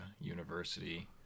university